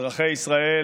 אזרחי ישראל,